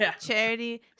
Charity